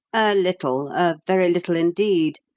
little a very little indeed.